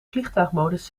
vliegtuigmodus